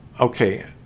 Okay